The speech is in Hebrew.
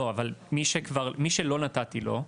לא אבל מי שלא נתתי לו,